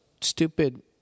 stupid